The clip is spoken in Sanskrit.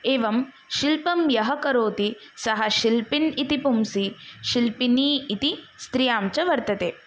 एवं शिल्पं यः करोति सः शिल्पिन् इति पुंसी शिल्पिनी इति स्त्रियां च वर्तते